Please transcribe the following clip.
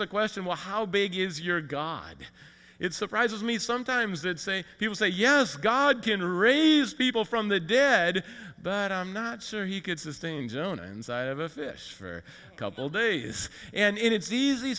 the question well how big is your god it surprises me sometimes that say he will say yes god can raise people from the dead but i'm not sure he could sustain jonah inside of a fish for a couple days and it's easy